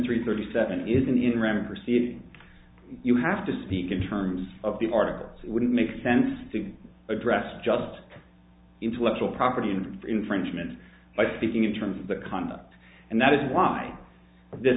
three thirty seven isn't in ram or c you have to speak in terms of the articles it wouldn't make sense to be addressed just intellectual property and infringement by thinking in terms of the conduct and that is why th